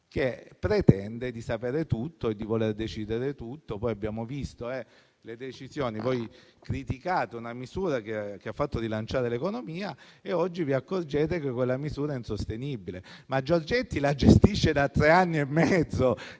che pretende di sapere tutto e di voler decidere tutto. Poi abbiamo visto le decisioni; voi criticate una misura che ha fatto rilanciare l'economia e oggi vi accorgete che quella misura è insostenibile, ma il ministro Giorgetti la gestisce da tre anni e mezzo.